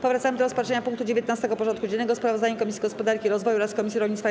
Powracamy do rozpatrzenia punktu 19. porządku dziennego: Sprawozdanie Komisji Gospodarki i Rozwoju oraz Komisji Rolnictwa i